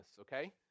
Okay